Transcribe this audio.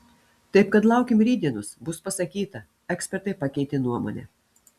taip kad laukim rytdienos bus pasakyta ekspertai pakeitė nuomonę